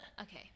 Okay